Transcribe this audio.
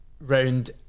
round